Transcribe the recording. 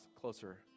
closer